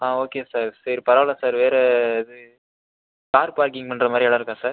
ஆ okay sir சரி பரவாயில்லை sir வேறு இது கார் பார்க்கிங் பண்ணுற மாதிரி இடம் இருக்கா சார்